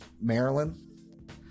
Maryland